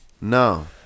No